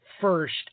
first